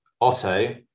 Otto